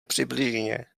přibližně